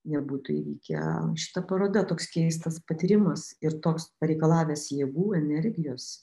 nebūtų įvykę šita paroda toks keistas patyrimas ir toks pareikalavęs jėgų energijos